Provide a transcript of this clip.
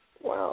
Wow